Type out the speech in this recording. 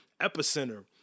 epicenter